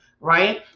right